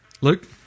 Luke